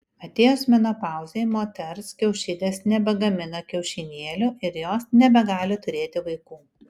atėjus menopauzei moters kiaušidės nebegamina kiaušinėlių ir jos nebegali turėti vaikų